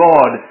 God